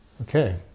Okay